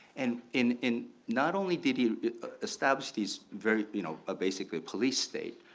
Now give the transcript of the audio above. and in in not only did he establish these very you know ah basically police state,